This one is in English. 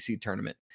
tournament